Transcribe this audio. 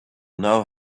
know